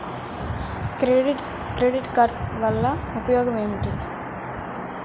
Credit card వల్ల ఉపయోగం ఏమిటీ?